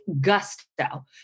gusto